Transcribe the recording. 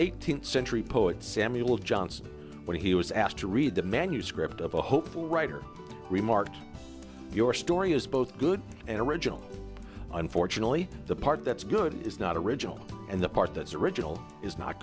eighteenth century poet samuel johnson when he was asked to read the manuscript of a hopeful writer remarked your story is both good and original unfortunately the part that's good is not original and the part that is original is not